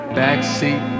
backseat